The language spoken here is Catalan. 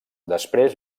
després